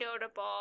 notable